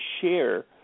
share